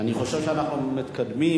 אני חושב שאנחנו מתקדמים